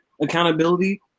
accountability